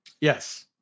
yes